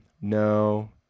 no